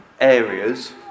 areas